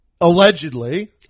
allegedly